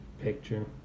picture